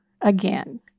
again